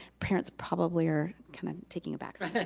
parents probably are kinda taking a back seat.